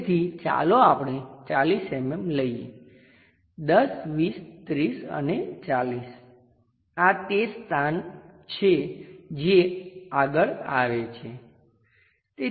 તેથી ચાલો આપણે 40 mm લઈએ 10 20 30 અને 40 આ તે સ્થાન છે જે આગળ આવે છે